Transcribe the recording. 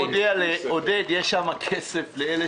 אני מודיע לעודד פורר: יש שם כסף לאלה